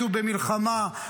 מתו במלחמה,